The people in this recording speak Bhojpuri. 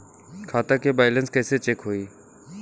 खता के बैलेंस कइसे चेक होई?